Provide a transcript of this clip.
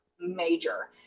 major